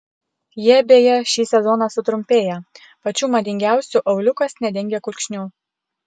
jie beje šį sezoną sutrumpėja pačių madingiausių auliukas nedengia kulkšnių